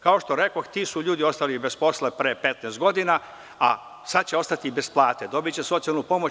Kao što rekoh, ti ljudi su ostali bez posla pre 15 godina, a sada će ostati i bez plate, dobiće socijalnu pomoć.